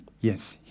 yes